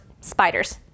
spiders